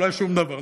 ולא היה שום דבר,